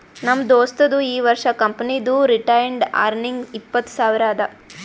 ನಮ್ ದೋಸ್ತದು ಈ ವರ್ಷ ಕಂಪನಿದು ರಿಟೈನ್ಡ್ ಅರ್ನಿಂಗ್ ಇಪ್ಪತ್ತು ಸಾವಿರ ಅದಾ